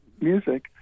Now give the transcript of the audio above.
music